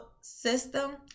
system